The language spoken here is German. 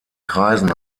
kreisen